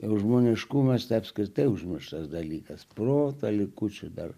žmoniškumas tai apskritai užmirštas dalykas proto likučių dar